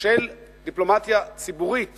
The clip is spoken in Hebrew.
של דיפלומטיה ציבורית